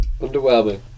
underwhelming